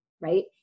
right